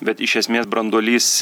bet iš esmės branduolys